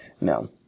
No